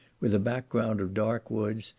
with a background of dark woods,